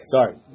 Sorry